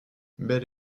bel